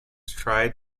tried